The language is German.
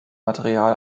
material